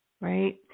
right